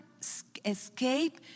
escape